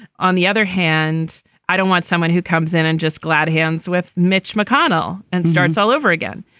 on the other hand i don't want someone who comes in and just glad hands with mitch mcconnell and starts all over again.